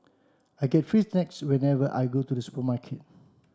I get free snacks whenever I go to the supermarket